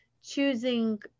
choosing